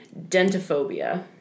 Dentophobia